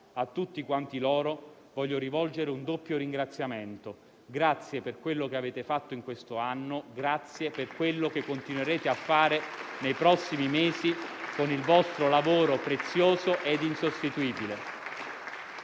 A tutti loro voglio rivolgere un doppio ringraziamento: grazie per quello che avete fatto in questo anno e grazie per quello che continuerete a fare nei prossimi mesi con il vostro lavoro prezioso ed insostituibile.